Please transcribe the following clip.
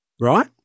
right